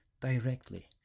directly